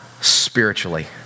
Spiritually